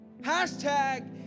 Hashtag